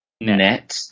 net